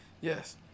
Yes